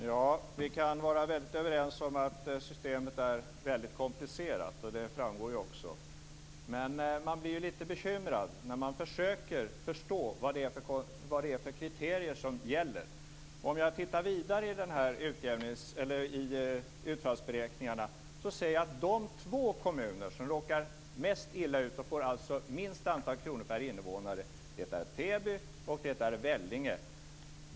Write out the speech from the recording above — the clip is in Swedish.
Fru talman! Vi kan vara överens om att systemet är väldigt komplicerat. Det framgår ju också. Men man blir lite bekymrad när man försöker förstå vad det är för kriterier som gäller. Om jag tittar vidare i utfallsberäkningarna ser jag att de två kommuner som råkar mest illa ut och alltså får minst antal kronor per invånare är Täby och Vellinge.